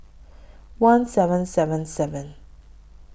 one seven seven seven